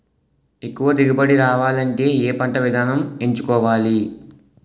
ఎక్కువ దిగుబడి రావాలంటే ఏ పంట విధానం ఎంచుకోవాలి?